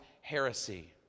heresy